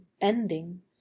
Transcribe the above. ending